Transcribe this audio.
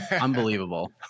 unbelievable